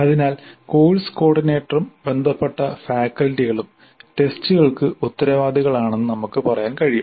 അതിനാൽ കോഴ്സ് കോർഡിനേറ്ററും ബന്ധപ്പെട്ട ഫാക്കൽറ്റികളും ടെസ്റ്റുകൾക്ക് ഉത്തരവാദികളാണെന്ന് നമുക്ക് പറയാൻ കഴിയും